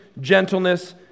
gentleness